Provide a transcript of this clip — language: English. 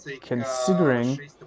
considering